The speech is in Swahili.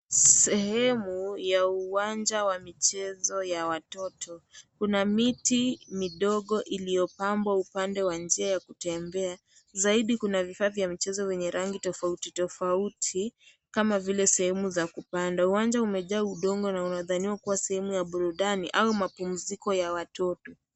Sehemu ya uwanja ya michezo ya watoto, kuna miti midogo iliyopandwa kwa njia ya kutembea zaidi kuna vifaa vya michezo vyenye rangi tofauti tofauti kama vile sehemu za kupanda, uwanja umejaa udongo na unadhaniwa kuwa sehemu ya burudani au mapumziko ya watoto.